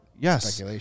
Yes